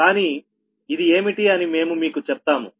కానీ ఇది ఏమిటి అని మేము మీకు చెప్తాము